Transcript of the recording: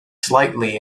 slightly